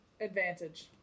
Advantage